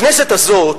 הכנסת הזאת,